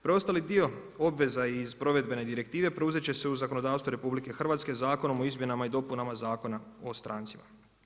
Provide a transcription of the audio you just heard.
Preostali dio obveza iz provedbene direktivne preuzet će se u zakonodavstvu RH, Zakonom o izmjenama i dopunama Zakona o strancima.